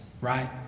right